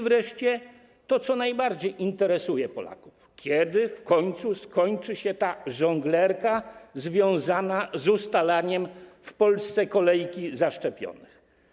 Wreszcie to, co najbardziej interesuje Polaków: Kiedy w końcu skończy się ta żonglerka związana z ustalaniem w Polsce kolejki zaszczepionych?